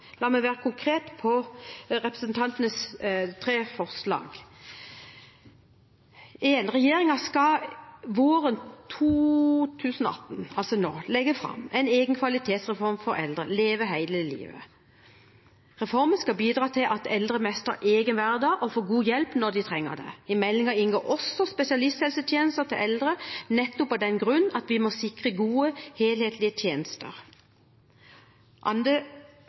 La meg være konkret på representantenes tre forslag: For det første: Regjeringen skal våren 2018, altså nå, legge fram en egen kvalitetsreform for eldre, Leve hele livet. Reformen skal bidra til at eldre mestrer egen hverdag og får god hjelp når de trenger det. I meldingen inngår også spesialisthelsetjenester til eldre, nettopp av den grunn at vi må sikre gode, helhetlige tjenester.